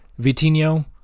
Vitinho